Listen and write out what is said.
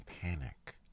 panic